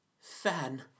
Fan